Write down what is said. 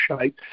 shape